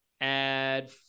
Add